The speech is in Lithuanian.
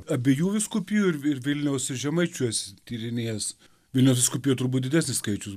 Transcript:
abiejų vyskupijų ir vilniaus ir žemaičių esi tyrinėjęs vilniaus vyskupijų turbūt didesnis skaičius